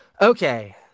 Okay